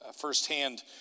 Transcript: firsthand